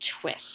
twist